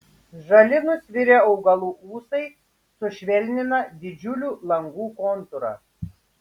žali nusvirę augalų ūsai sušvelnina didžiulių langų kontūrą